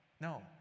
no